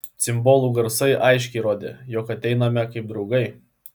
cimbolų garsai aiškiai rodė jog ateiname kaip draugai